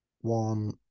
one